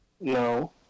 No